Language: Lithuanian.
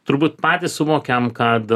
turbūt patys suvokiam kad